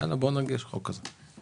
יאללה, בוא נגיש חוק כזה.